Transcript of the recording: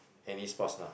any sports lah